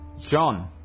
John